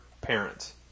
parents